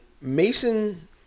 Mason